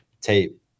Tape